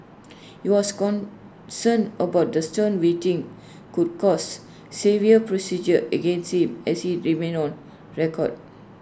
he was concerned about the stern waiting could cause severe prejudice against him as IT remained on record